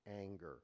anger